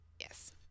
Yes